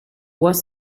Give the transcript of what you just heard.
was